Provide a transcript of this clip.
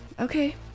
okay